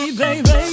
baby